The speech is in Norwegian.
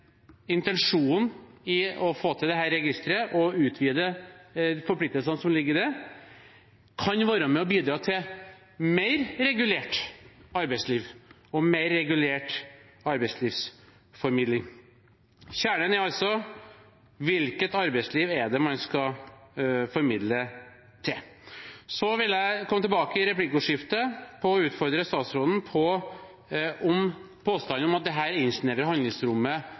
intensjonen med å få til dette registeret og utvide forpliktelsene som ligger i det, kan være med og bidra til et mer regulert arbeidsliv og mer regulert arbeidsformidling. Kjernen er altså: Hvilket arbeidsliv er det man skal formidle til? Så vil jeg i replikkordskiftet komme tilbake og utfordre statsråden på påstanden om at dette innsnevrer handlingsrommet for norsk arbeidslivsrådgivning, slik Senterpartiet og SV påstår. Det